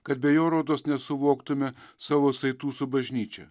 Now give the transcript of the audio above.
kad be jo rodos nesuvoktume savo saitų su bažnyčia